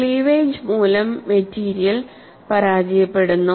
cleavage മൂലം material പരാജയപ്പെടുന്നു